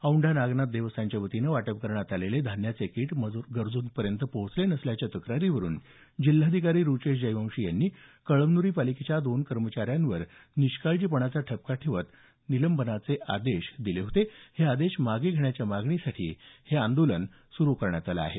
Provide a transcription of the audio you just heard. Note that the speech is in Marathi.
औंढा नागनाथ देवस्थानच्या वतीनं वाटप करण्यात आलेले धान्याचे किट गरज्पर्यंत पोहचवले नसल्याच्या तक्रारीवरून जिल्हाधिकारी रुचेश जयवंशी यांनी कळमन्री पालिकेच्या दोन कर्मचाऱ्यांवर निष्काळजीपणाचा ठपका ठेवत त्यांना निलंबीत करण्याचे आदेश दिले आहेत हे आदेश मागे घेण्याच्या मागणीसाठी हे आंदोलन पुकारण्यात आलं आहे